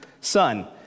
son